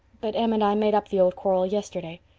but em and i made up the old quarrel yesterday.